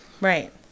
Right